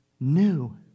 new